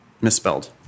Misspelled